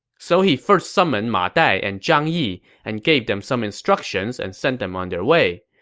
so he first summoned ma dai and zhang yi and gave them some instructions and sent them on their way.